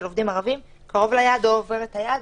עובדים ערבים שהוא קרוב ליעד או עובר את היעד.